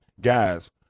Guys